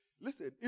Listen